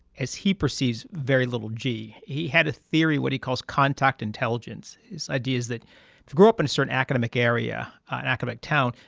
as he perceives, very little g. he had a theory, what he calls contact intelligence. his idea is that if you grow up in a certain academic area, an academic town,